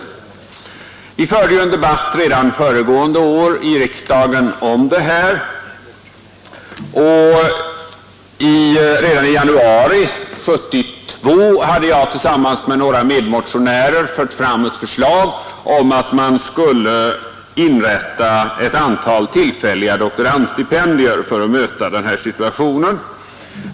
Redan föregående år förde vi i riksdagen en debatt om detta, och i januari 1972 förde jag tillsammans med några medmotionärer fram ett förslag om att inrätta ett antal särskilda tillfälliga doktorandstipendier för att möta den här situationen.